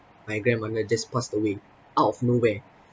my grandmother just passed away out of nowhere